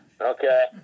Okay